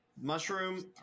mushroom